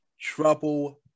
trouble